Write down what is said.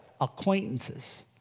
acquaintances